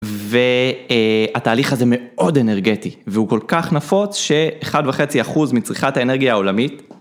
והתהליך הזה מאוד אנרגטי והוא כל כך נפוץ שאחד וחצי אחוז מצריכת האנרגיה העולמית...